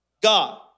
God